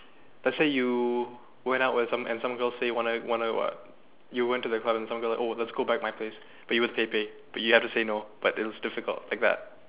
let's say you went out with some and some girls say wanna wanna what you went to the club and some girl oh let's go back my place but you but you had to say no but it's difficult like that